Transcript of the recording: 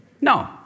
No